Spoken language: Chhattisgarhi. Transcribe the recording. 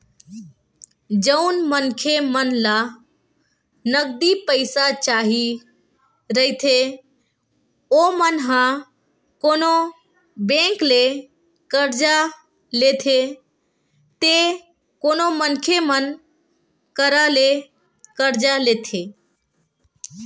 जउन मनखे मन ल नगदी पइसा चाही रहिथे ओमन ह कोनो बेंक ले करजा लेथे ते कोनो मनखे मन करा ले करजा लेथे